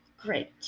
Great